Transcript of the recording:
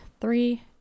three